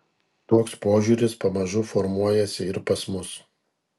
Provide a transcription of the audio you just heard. toks požiūris pamažu formuojasi ir pas mus